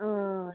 अँ